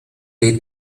they